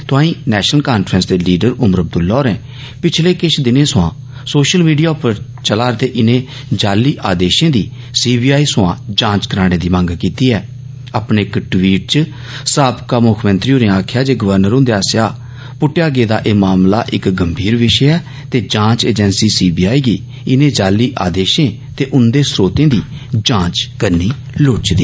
तोआई National Conference दे leader Omar Abdullah होरें पिछले किश दिनें थमां सोशल मीड़िया उप्पर चला'रदे इनें जाली आदेशें दी सीबीआई थवां जांच कराने दी मंग कीती ऐ अपने इक ट्वीट च साबका मुक्खमंत्री होरें आक्खेआ जे गवर्नर हुन्दे आस्सेआ पुट्टेआ गेदा एह् मामला इक गंभीर विशे ऐ ते जांच अजेंसी सीबीआई गी इनें जाली आदेशें ते उन्दे स्रोते दी जांच करनी लोड़चदी